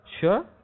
Sure